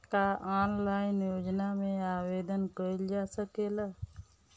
का ऑनलाइन योजना में आवेदन कईल जा सकेला?